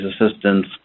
assistance